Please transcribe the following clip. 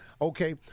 Okay